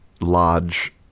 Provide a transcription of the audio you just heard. large